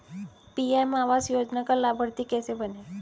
PM आवास योजना का लाभर्ती कैसे बनें?